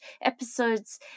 episodes